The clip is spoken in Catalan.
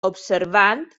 observant